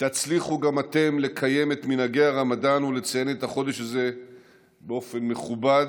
תצליחו גם אתם לקיים את מנהגי הרמדאן ולציין את החודש הזה באופן מכובד,